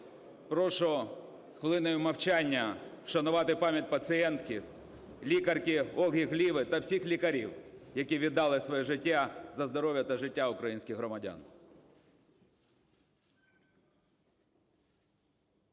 Прошу хвилиною мовчання вшанувати пам'ять пацієнтки лікарки Ольги Гливи та всіх лікарів, які віддали своє життя за здоров'я та життя українських громадян.